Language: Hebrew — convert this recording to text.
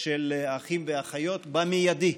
של האחים והאחיות במיידי,